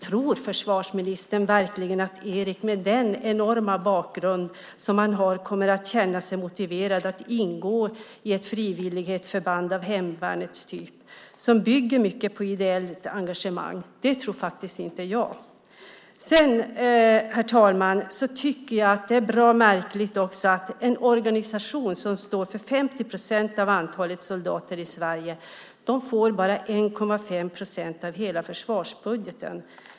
Tror försvarsministern verkligen att Erik med den enorma bakgrund som han har kommer att känna sig motiverad att ingå i ett frivillighetsförband av hemvärnets typ, som bygger mycket på ideellt engagemang? Det tror inte jag. Herr talman! Jag tycker också att det är bra märkligt att en organisation som står för 50 procent av antalet soldater i Sverige får bara 1,5 procent av hela försvarsbudgeten.